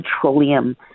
petroleum